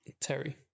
Terry